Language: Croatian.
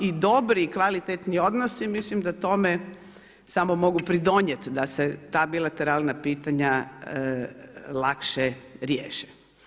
I dobri i kvalitetni odnosi mislim da tome samo mogu pridonijeti da se ta bilateralna pitanja lakše riješe.